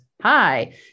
hi